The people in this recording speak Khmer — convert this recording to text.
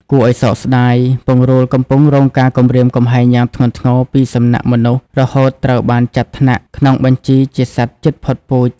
គួរឲ្យសោកស្ដាយ ពង្រូលកំពុងរងការគំរាមកំហែងយ៉ាងធ្ងន់ធ្ងរពីសំណាក់មនុស្ស រហូតត្រូវបានចាត់ថ្នាក់ក្នុងបញ្ជីជាសត្វជិតផុតពូជ។